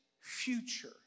future